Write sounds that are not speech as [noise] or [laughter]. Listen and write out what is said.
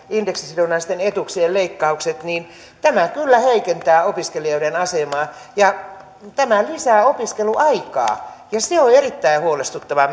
indeksisidonnaisten etuuksien leikkaukset niin tämä kyllä heikentää opiskelijoiden asemaa tämä lisää opiskeluaikaa ja se on erittäin huolestuttavaa [unintelligible]